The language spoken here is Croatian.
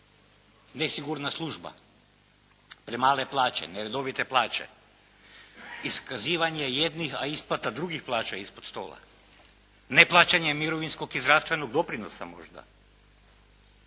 Nesigurna služba, premale plaće, neredovite plaće, iskazivanje jednih, a isplata drugih plaća ispod stola, neplaćanja mirovinskog i zdravstvenog doprinosa možda.